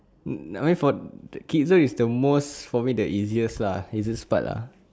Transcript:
I mean for the kids zone is the most for me the easiest lah easiest part lah